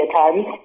times